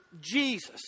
Jesus